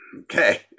Okay